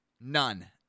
None